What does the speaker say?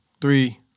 three